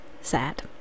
sad